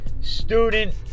student